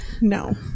No